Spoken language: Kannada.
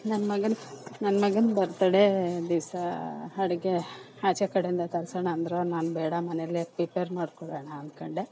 ನಮ್ಮ ಮಗನ ನನ್ನ ಮಗನ ಬರ್ತಡೇ ದಿವಸ ಅಡುಗೆ ಆಚೆ ಕಡೆಯಿಂದ ತರಿಸೋಣ ಅಂದರೂ ನಾನು ಬೇಡ ಮನೇಲೆ ಪ್ರಿಪೇರ್ ಮಾಡ್ಕೊಳ್ಳೋಣ ಅಂದ್ಕೊಂಡೆ